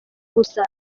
gusa